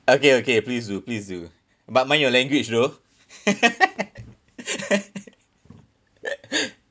okay okay please do please do but mind your language though